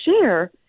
share